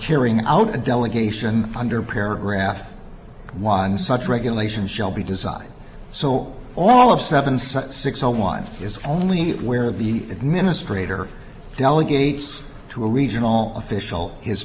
carrying out a delegation under paragraph one such regulations shall be designed so all of seven such six zero one is only where the administrator delegates to a regional official his